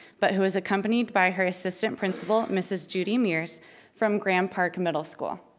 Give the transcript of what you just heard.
but who is accompanied by her assistant principal, mrs. judy meers from grand park middle school.